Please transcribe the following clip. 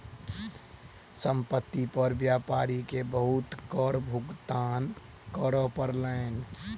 संपत्ति पर व्यापारी के बहुत कर भुगतान करअ पड़लैन